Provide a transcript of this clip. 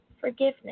forgiveness